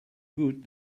good